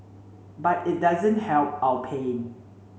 but it doesn't help our pain